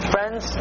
Friends